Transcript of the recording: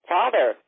Father